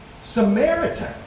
Samaritan